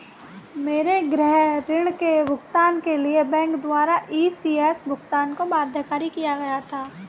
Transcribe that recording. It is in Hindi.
मेरे गृह ऋण के भुगतान के लिए बैंक द्वारा इ.सी.एस भुगतान को बाध्यकारी किया गया था